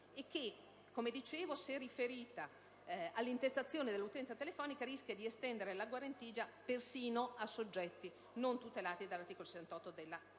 e che, se riferita all'intestazione dell'utenza telefonica, rischia di estendere la guarentigia persino a soggetti non tutelati dall'articolo 68 della Costituzione.